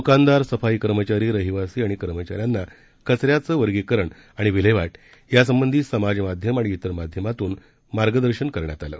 दुकानदार सफाई कर्मचारी रहिवासी आणि कर्मचाऱ्यांना कचऱ्याचं वर्गीकरण आणि विल्हेवाट यासंबधी समाज माध्यम आणि इतर माध्यमातून मार्गदर्शन करण्यात आलं